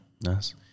Nice